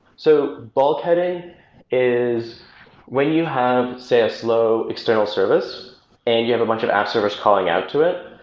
so bulkheading is when you have say a slow external service and you have a bunch of app service calling out to it.